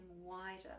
wider